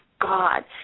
God